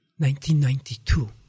1992